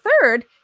third